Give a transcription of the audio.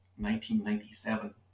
1997